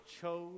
chose